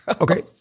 okay